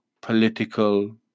political